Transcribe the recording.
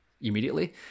immediately